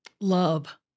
love